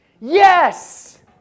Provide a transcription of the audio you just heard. yes